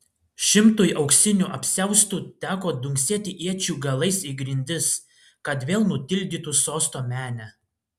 šimtui auksinių apsiaustų teko dunksėti iečių galais į grindis kad vėl nutildytų sosto menę